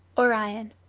orion